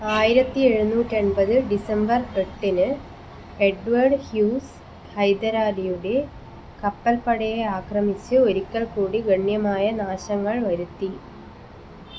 ആയിരത്തി എഴുനൂറ്റി എൺപത് ഡിസംബർ എട്ടിന് എഡ്വേഡ് ഹ്യൂസ് ഹൈദരാലിയുടെ കപ്പല്പ്പടയെ ആക്രമിച്ച് ഒരിക്കല്ക്കൂടി ഗണ്യമായ നാശങ്ങള് വരുത്തി